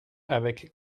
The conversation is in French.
avec